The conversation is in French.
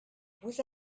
vous